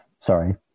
sorry